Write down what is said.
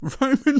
Roman